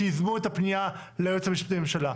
שיזמו את הפנייה ליועץ המשפטי לממשלה,